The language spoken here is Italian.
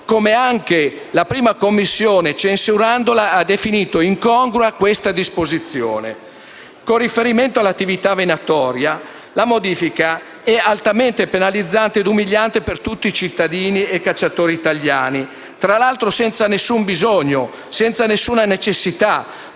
come anche la 1a Commissione, censurandola, ha definito «incongrua» questa disposizione. Con riferimento all'attività venatoria, la modifica è altamente penalizzante e umiliante per tutti i cittadini e cacciatori italiani, tra l'altro senza alcun bisogno, senza alcuna necessità,